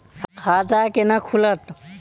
खाता केना खुलत?